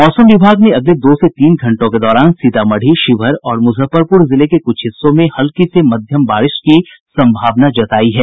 मौसम विभाग ने अगले दो से तीन घंटों के दौरान सीतामढ़ी शिवहर और मुजफ्फरपुर जिले के कुछ हिस्सों में हल्की से मध्यम बारिश की संभावना जतायी है